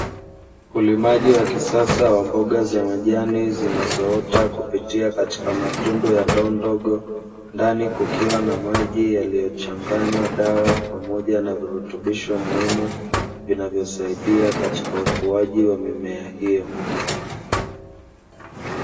Ulimaji wa kisasa wa mboga za majani, zinazoota kupitia katika matundu ya ndoo ndogo. Ndani kukiwa na maji yaliyochanganywa dawa pamoja na virutubisho muhimu, vinavyosaidia katika ukuaji wa mimea hiyo.